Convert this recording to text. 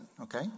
okay